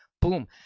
Boom